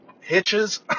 hitches